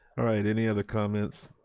all right, any other comments,